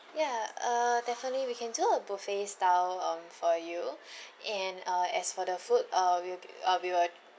ya uh definitely we can do a buffet style um for you and uh as for the food uh we'll uh we will